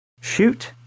shoot